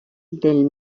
del